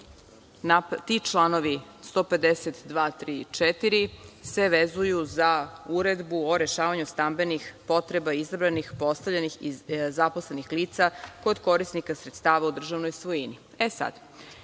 članovi 152, 153. i 154. se vezuju za Uredbu o rešavanju stambenih potreba izabranih, postavljenih, zaposlenih lica kod korisnika sredstava u državnoj svojini.